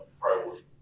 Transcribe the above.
priority